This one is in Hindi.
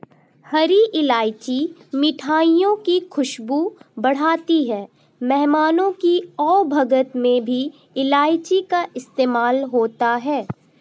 हरी इलायची मिठाइयों की खुशबू बढ़ाती है मेहमानों की आवभगत में भी इलायची का इस्तेमाल होता है